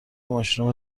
ماشینا